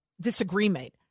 disagreement